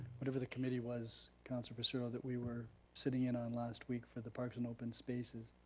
whatever the committee was councilor passero that we were sitting in on last week for the parks and open spaces.